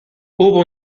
hubo